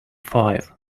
five